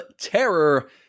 terror